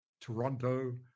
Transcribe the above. Toronto